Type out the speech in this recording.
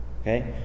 Okay